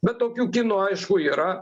bet tokių kinų aišku yra